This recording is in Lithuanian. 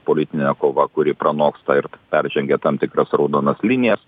politinė kova kuri pranoksta ir peržengia tam tikras raudonas linijas